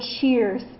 Cheers